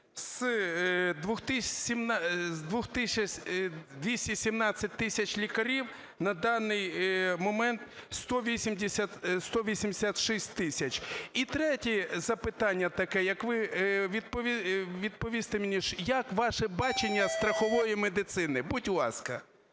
з 217 тисяч лікарів на даний момент 186 тисяч. І третє запитання таке. Як ви мені відповісте мені, яке ваше бачення страхової медицини? Будь ласка.